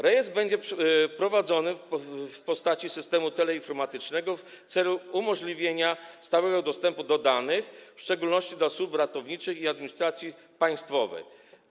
Rejestr będzie prowadzony w postaci systemu teleinformatycznego w celu umożliwienia stałego dostępu do danych, w szczególności służbom ratowniczym i administracji państwowej.